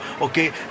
Okay